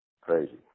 Crazy